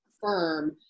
firm